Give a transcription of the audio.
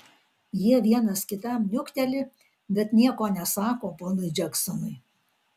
jie vienas kitam niukteli bet nieko nesako ponui džeksonui